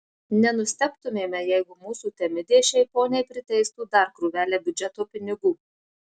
nenustebtumėme jeigu mūsų temidė šiai poniai priteistų dar krūvelę biudžeto pinigų